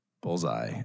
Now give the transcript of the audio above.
bullseye